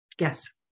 Yes